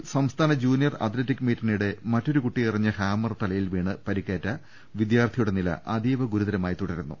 പാലായിൽ സംസ്ഥാന junior athletic മീറ്റിനിടെ മറ്റൊരു കുട്ടിയെറിഞ്ഞ ഹാമർ തലയിൽവീണ് പരിക്കേറ്റ വിദ്യാർത്ഥിയുടെ നില അതീവ ഗുരുതരമായി തുടരുന്നു